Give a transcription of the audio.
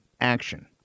action